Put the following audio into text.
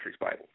Bible